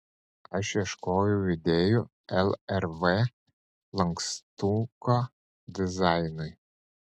aš ieškojau idėjų lrv lankstuko dizainui